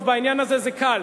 טוב, בעניין הזה זה קל.